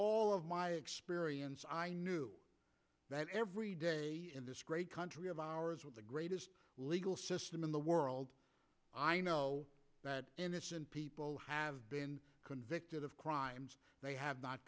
all of my experience i knew that every day in this great country of ours with the greatest legal system in the world i know that innocent people have been convicted of crimes they have not